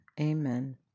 amen